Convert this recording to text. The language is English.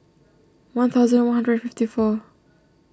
one thousand one hundred and fifty four